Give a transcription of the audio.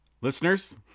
Listeners